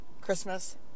Christmas